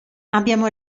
abbiamo